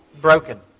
broken